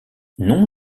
non